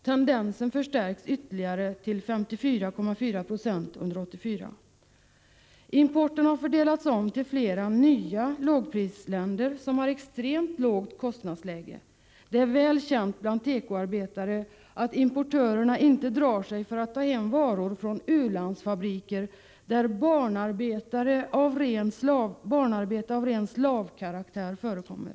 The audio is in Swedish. Tendensen har förstärkts ytterligare — under 1984 kom 54,4 96 från s.k. lågprisländer. e Importen har fördelats om till flera ”nya” lågprisländer som har extremt lågt kostnadsläge. Det är väl känt bland tekoarbetare att importörerna inte drar sig för att ta hem varor från u-landsfabriker där barnarbete av ren slavkaraktär förekommer.